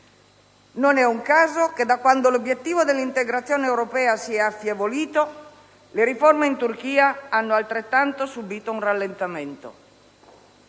Non è un caso che da quando l'obiettivo dell'integrazione europea si è affievolito le riforme in Turchia abbiano subito un rallentamento.